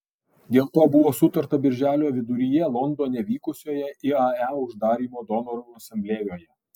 dėl to buvo sutarta birželio viduryje londone vykusioje iae uždarymo donorų asamblėjoje